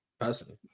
personally